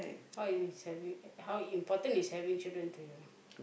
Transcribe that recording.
how is having how important is having children to you